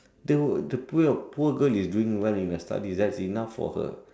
the poor poor girl is doing well in her studies that's enough for her